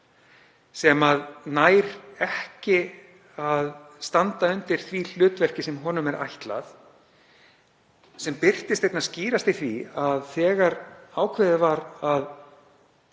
sem nær ekki að standa undir því hlutverki sem honum er ætlað, sem birtist einna skýrast í því að þegar ákveðið var að